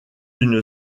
une